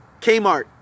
Kmart